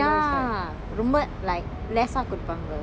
ya ரொம்ப:romba like less ah கொடுப்பாங்க:koduppanga